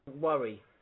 worry